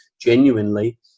genuinely